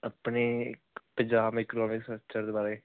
ਆਪਣੇ Punjab economic structure ਦੇ ਬਾਰੇ